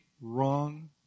wrong